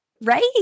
right